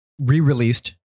re-released